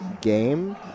game